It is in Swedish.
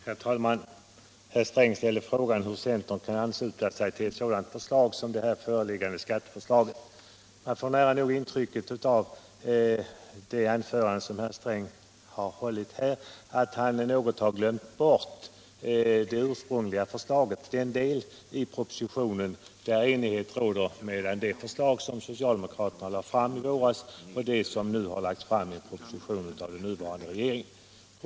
Herr talman! Herr Sträng frågade hur centern kan ansluta sig till ett sådant förslag som det här föreliggande skatteförslaget. Av det anförande som herr Sträng nyss har hållit får man nog det intrycket att han något har glömt bort det ursprungliga förslaget, den del av propositionen där enighet råder mellan det förslag som socialdemokraterna lade fram i våras och det förslag som läggs fram i propositionen av den nuvarande regeringen.